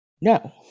no